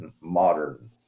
modern